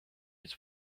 its